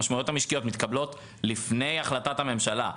המשמעויות המשקיות מתקבלות לפני החלטת הממשלה.